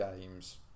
games